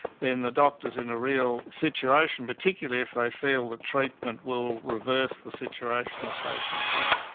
then the doctor's in a real situation, particularly if they feel the treatment will reverse the situation the patient's in.